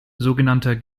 sogenannter